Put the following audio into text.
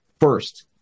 first